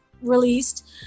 released